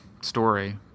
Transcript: story